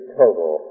total